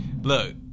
Look